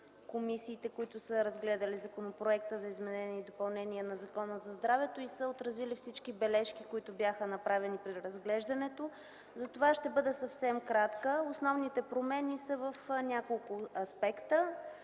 комисиите, които са разгледали Законопроекта за изменение и допълнение на Закона за здравето. Отразили са всички бележки, които бяха направени при разглеждането, затова ще бъда съвсем кратка. Основните промени са в няколко аспекта.